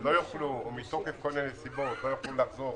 או מכל מיני סיבות לא יוכלו לחזור